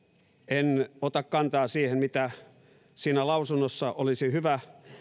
en ota kantaa siihen mitä siinä lausunnossa olisi hyvä